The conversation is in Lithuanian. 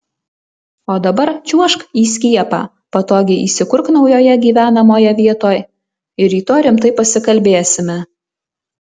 o dabar čiuožk į skiepą patogiai įsikurk naujoje gyvenamoje vietoj ir rytoj rimtai pasikalbėsime